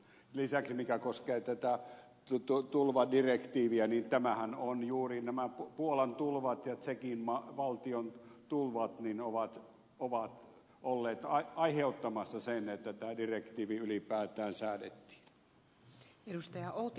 lisäksi mikä koskee tätä tulvadirektiiviä niin juuri nämä puolan tulvat ja tsekin valtion tulvat ovat olleet aiheuttamassa sen että tämä direktiivi ylipäätään säädettiin